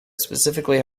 specifically